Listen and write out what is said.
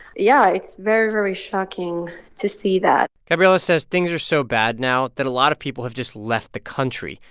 yeah, it's very, very shocking to see that gabriela says things are so bad now that a lot of people have just left the country.